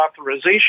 authorization